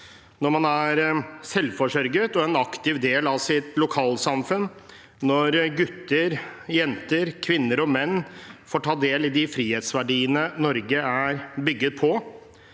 når man er selvforsørget og en aktiv del av sitt lokalsamfunn, og når gutter og jenter, kvinner og menn får ta del i de frihetsverdiene Norge er bygget på.